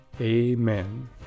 Amen